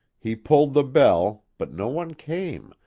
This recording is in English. he pulled the bell, but no one came,